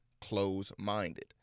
close-minded